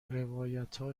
روایتها